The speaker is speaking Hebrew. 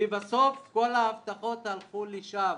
ובסוף כל ההבטחות הלכו לשווא.